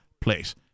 place